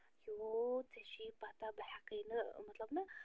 او ژےٚ چھی پتہ بہٕ ہٮ۪کَے نہٕ مطلب نہٕ